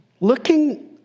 looking